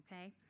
okay